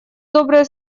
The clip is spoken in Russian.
добрые